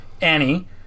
Annie